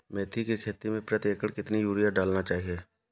मेथी के खेती में प्रति एकड़ कितनी यूरिया डालना चाहिए?